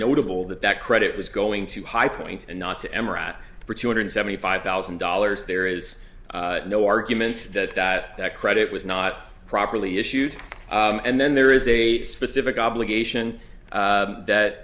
notable that that credit was going to high points and not to enter at for two hundred seventy five thousand dollars there is no argument that that that credit was not properly issued and then there is a specific obligation that